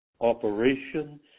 operation